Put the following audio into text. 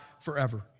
forever